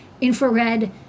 infrared